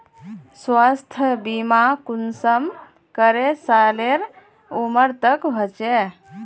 स्वास्थ्य बीमा कुंसम करे सालेर उमर तक होचए?